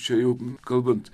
čia jau kalbant